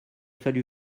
fallu